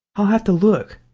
i'll have to look.